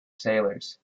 sailors